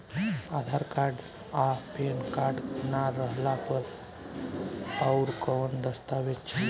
आधार card आ PAN card ना रहला पर अउरकवन दस्तावेज चली?